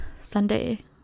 Sunday